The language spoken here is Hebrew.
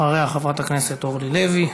אחריה חברת הכנסת אורלי לוי,